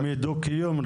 חוץ מדו קיום,